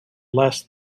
less